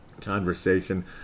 conversation